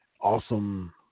awesome